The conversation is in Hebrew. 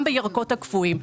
גם בירקות הקפואים,